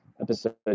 episode